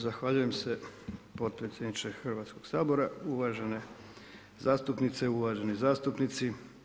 Zahvaljujem se potpredsjedniče Hrvatskog sabora, uvažene zastupnice i uvaženi zastupnici.